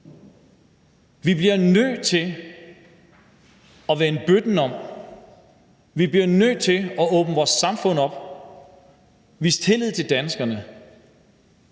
Vi bliver nødt til at vende bøtten om, vi bliver nødt til at åbne vores samfund op og vise tillid til danskerne.